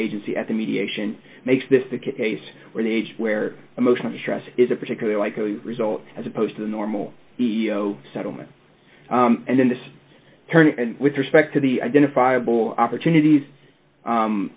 agency at the mediation makes this the case where the age where emotional distress is a particularly likely result as opposed to the normal settlement and in this turn and with respect to the identifiable opportunities